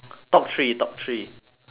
top three top three